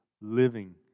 living